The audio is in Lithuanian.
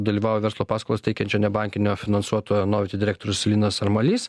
dalyvauja verslo paskolas teikiančio nebankinio finansuotojo noviti direktorius linas armalys